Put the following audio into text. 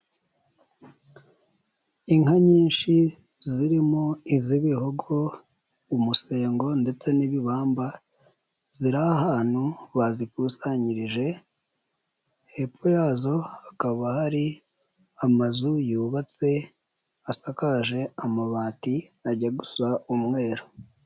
Inka nyinshi zirimo iz'ibihogo, umusengo, ndetse n'ibibamba, ziri ahantu bazikusanyirije, hepfo yazo hakaba hari amazu yubatse asakaje amabati ajya gusa umweru.